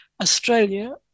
Australia